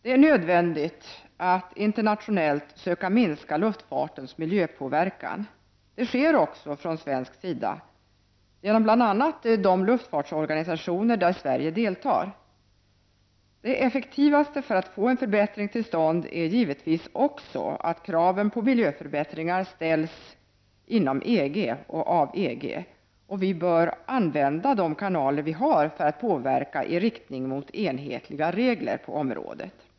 Det är nödvändigt att internationellt söka minska luftfartens miljöpåverkan. Det sker också från svensk sida genom bl.a. de luftfartsorganisationer där Sverige deltar. Det effektivaste sättet att få en förbättring till stånd är givetvis att kraven på miljöförbättringar ställs av EG. Vi bör använda de kanaler vi har för att påverka i riktning mot enhetliga regler på området.